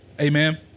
Amen